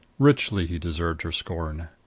richly he deserved her scorn.